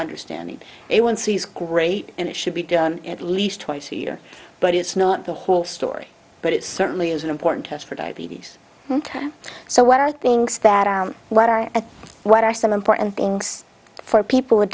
understand it onesies great and it should be done at least twice a year but it's not the whole story but it certainly is an important test for diabetes so what are things that are what are what are some important things for people with